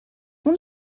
اون